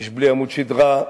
איש בלי עמוד שדרה.